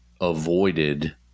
avoided